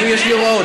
יש לי הוראות.